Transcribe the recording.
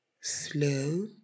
slow